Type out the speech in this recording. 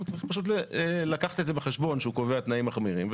הוא פשוט צריך לקחת את זה בחשבון כשהוא קובע תנאים מחמירים,